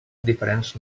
diferents